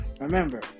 Remember